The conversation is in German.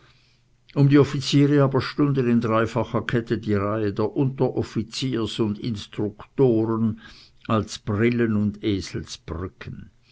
um die offiziere aber stunden in dreifacher kette die reihe der unteroffiziers und instruktoren als brillen und eselsbrücken